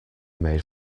made